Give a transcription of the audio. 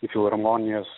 į filharmonijas